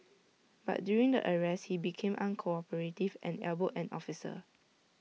but during the arrest he became uncooperative and elbowed an officer